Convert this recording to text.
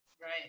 Right